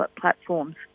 platforms